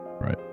Right